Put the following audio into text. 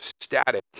static